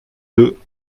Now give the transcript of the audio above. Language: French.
deux